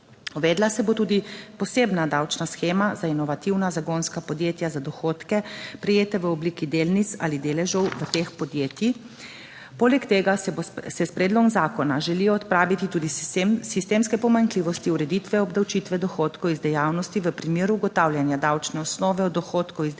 Uvedla se bo tudi posebna davčna shema za inovativna zagonska podjetja za dohodke, prejete v obliki delnic ali deležev v teh podjetjih. Poleg tega se s predlogom zakona želi odpraviti tudi sistemske pomanjkljivosti ureditve obdavčitve dohodkov iz dejavnosti v primeru ugotavljanja davčne osnove od dohodkov iz dejavnosti